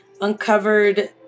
uncovered